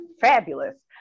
fabulous